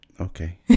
Okay